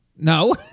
No